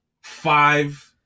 five